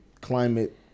climate